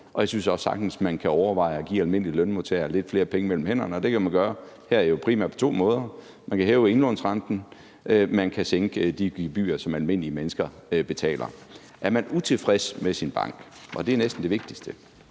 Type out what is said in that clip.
og jeg synes også sagtens, man kan overveje at give almindelige lønmodtagere lidt flere penge mellem hænderne. Det kan man primært gøre på to måder. Man kan hæve indlånsrenten, og man kan sænke de gebyrer, som almindelige mennesker betaler. Er man utilfreds med sin bank – og det er næsten det vigtigste